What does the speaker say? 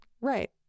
Right